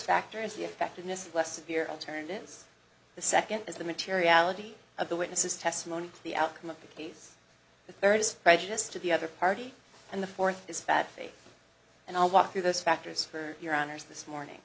factor is the effectiveness less severe alternatives the second is the materiality of the witnesses testimony the outcome of the case the third is prejudice to the other party and the fourth is bad faith and i'll walk through those factors for your honour's this morning